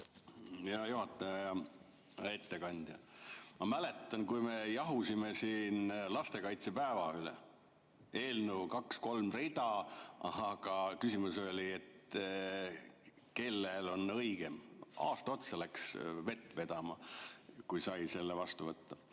ja ettekandja! Ma mäletan, kui me jahusime siin lastekaitsepäeva üle, eelnõu oli kaks-kolm rida, aga küsimus oli, et kellel on õigem. Aasta otsa läks vett vedama, enne kui sai selle vastu võtta.